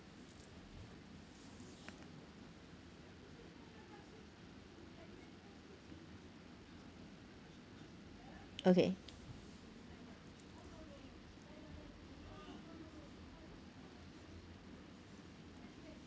okay